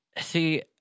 See